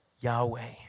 Yahweh